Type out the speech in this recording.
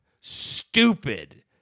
stupid